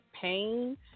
pain